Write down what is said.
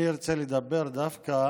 אני ארצה לדבר דווקא